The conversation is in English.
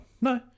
No